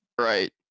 right